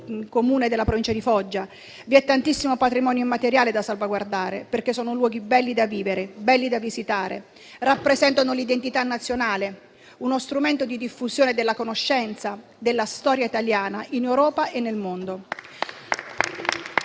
Comune della Provincia di Foggia. Vi è tantissimo patrimonio immateriale da salvaguardare perché sono luoghi belli da vivere, belli da visitare e rappresentano l'identità nazionale e uno strumento di diffusione della conoscenza della storia italiana in Europa e nel mondo.